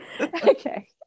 Okay